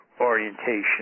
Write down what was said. orientation